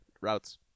routes